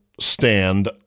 stand